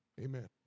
Amen